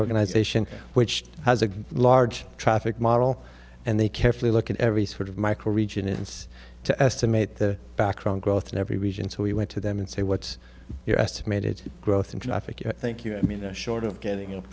organization which has a large traffic model and they carefully look at every sort of micro region and to estimate the background growth in every region so we went to them and say what's your estimated growth in traffic i think you i mean the short of getting a